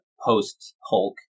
post-Hulk